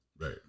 Right